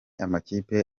amakipe